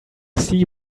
see